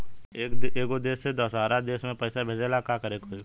एगो देश से दशहरा देश मे पैसा भेजे ला का करेके होई?